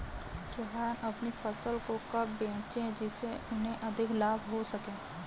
किसान अपनी फसल को कब बेचे जिसे उन्हें अधिक लाभ हो सके?